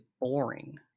boring